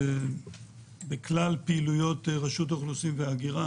בכל פעילויות רשות האוכלוסין וההגירה,